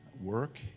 work